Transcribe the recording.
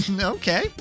Okay